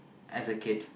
as a kid